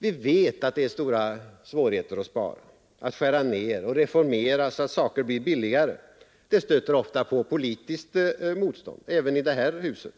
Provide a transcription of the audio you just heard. Vi vet att det är stora svårigheter att spara, att skära ner och reformera så att saker blir billigare. Det stöter ofta på politiskt motstånd, även i det här huset.